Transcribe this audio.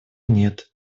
нет